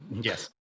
yes